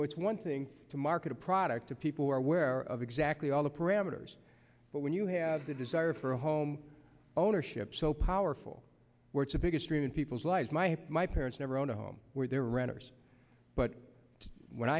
know it's one thing to market a product to people who are aware of exactly all the parameters but when you have the desire for a home ownership so powerful words the biggest room in people's lives my my parents never own a home where they're renters but when